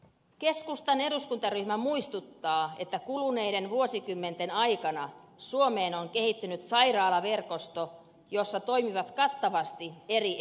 keskustan eduskuntaryhmä muistuttaa että kuluneiden vuosikymmenten aikana suomeen on kehittynyt sairaalaverkosto jossa toimivat kattavasti eri erikoisalat